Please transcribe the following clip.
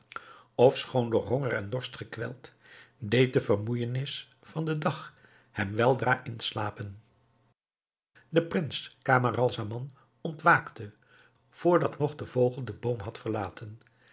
ofschoon door honger en dorst gekweld deed de vermoeijenis van den dag hem weldra inslapen de prins camaralzaman ontwaakte voordat nog de vogel den boom had verlaten